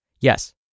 Yes